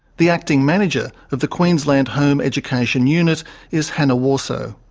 the acting manager of the queensland home education unit is hanne worsoe.